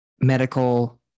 medical